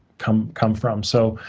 come come from. so,